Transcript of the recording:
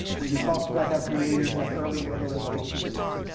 where you talked about how creators have early, middle, and late periods.